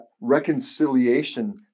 reconciliation